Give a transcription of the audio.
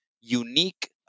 unique